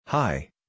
Hi